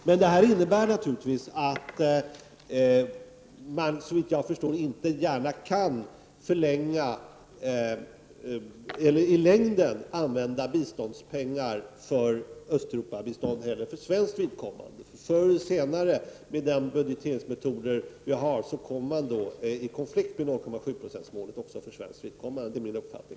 Men detta innebär att man, såvitt jag förstår, inte gärna heller för svenskt vidkommande i längden kan använda biståndspengar för Östeuropabistånd. Med de budgeteringsmetoder vi har kommer man förr eller senare i konflikt med 0,7-procentsmålet också för svenskt vidkommande — det är min uppfattning.